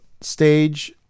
Stage